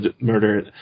murder